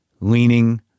leaning